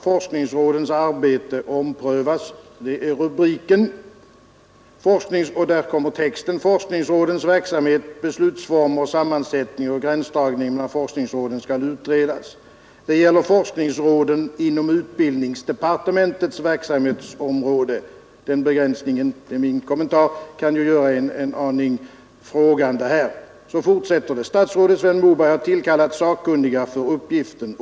Forskningsrådens arbete omprövas, lyder rubriken. Därunder står följande text att läsa: Forskningsrådens verksamhet, beslutsformer, sammansättning och gränsdragningen mellan forskningsråden skall utredas. Det gäller forskningsråden inom utbildningsdepartementets verksamhetsområde. Min kommentar till detta är att den begränsningen kan göra en aningen frågande. Därefter fortsätter texten: Statsrådet Sven Moberg har tillkallat sakkunniga för uppgiften.